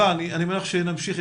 אני אומר לך שנמשיך.